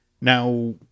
Now